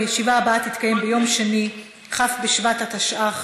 הישיבה הבאה תתקיים ביום שני, כ' בשבט התשע"ח,